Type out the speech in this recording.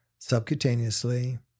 subcutaneously